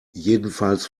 jedenfalls